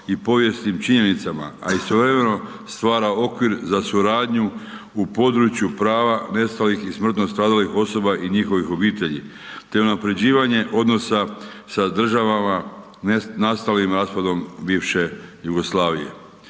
i povijesnim činjenicama a istovremeno stvara okvir za suradnju u području prava nestalih i smrtno stradalih osoba i njihovih obitelji te unaprjeđivanje odnosa sa državama nastalim raspadom bivše Jugoslavije.